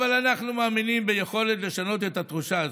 אבל אנחנו מאמינים ביכולת לשנות את התחושה הזו.